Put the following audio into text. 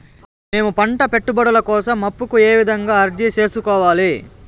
మేము పంట పెట్టుబడుల కోసం అప్పు కు ఏ విధంగా అర్జీ సేసుకోవాలి?